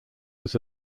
was